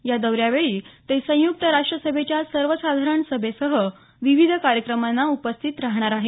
या दौऱ्यावेळी ते संयुक्त राष्ट्र सभेच्या सर्वसाधारण सभेसह विविध कार्यक्रमांना उपस्थित राहणार आहे